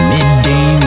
Midday